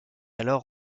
alors